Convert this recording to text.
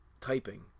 typing